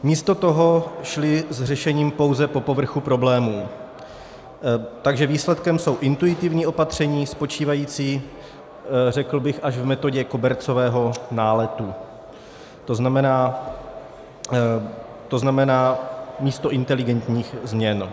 Místo toho šli s řešením pouze po povrchu problémů, takže výsledkem jsou intuitivní opatření spočívající, řekl bych, až v metodě kobercového náletu, to znamená místo inteligentních změn.